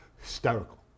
hysterical